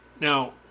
Now